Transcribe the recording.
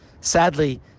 sadly